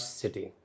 city